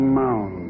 mound